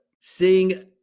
Seeing